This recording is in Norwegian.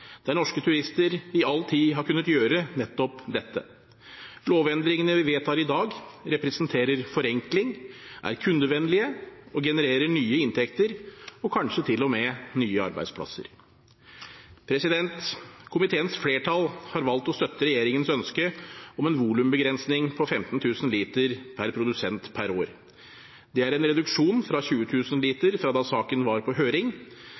der norske turister i all tid har kunnet gjøre nettopp dette. Lovendringene vi vedtar i dag, representerer forenkling, er kundevennlige og genererer nye inntekter – og kanskje til og med nye arbeidsplasser. Komiteens flertall har valgt å støtte regjeringens ønske om en volumbegrensning på 15 000 liter per produsent per år. Det er en reduksjon fra 20 000 liter fra da saken var på høring